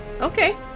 Okay